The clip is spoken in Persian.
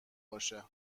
باشه